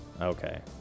okay